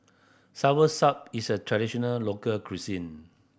soursop is a traditional local cuisine